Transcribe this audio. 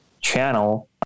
channel